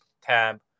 tab